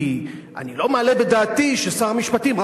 כי אני לא מעלה בדעתי ששר המשפטים,